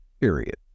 period